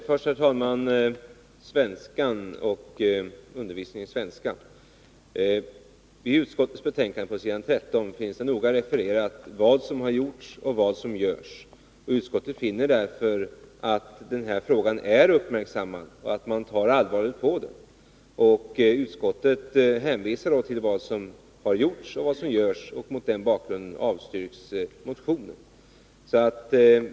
Herr talman! När det gäller undervisningen i svenska finns på s. 13 i utskottsbetänkandet noga refererat vad som har gjorts och vad som görs. Utskottet finner att denna fråga är uppmärksammad och att man tar allvarligt på den. Mot den bakgrunden avstyrks motionen.